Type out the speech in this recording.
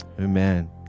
amen